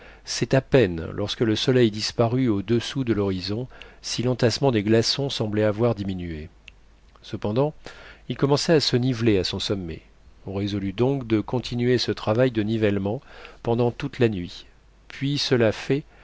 c'est à peine lorsque le soleil disparut au-dessous de l'horizon si l'entassement des glaçons semblait avoir diminué cependant il commençait à se niveler à son sommet on résolut donc de continuer ce travail de nivellement pendant toute la nuit puis cela fait